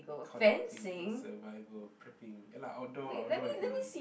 connecting survival prepping ya lah outdoor outdoor equipment